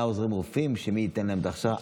עוזרי רופאים שמי שייתן להם את ההכשרה,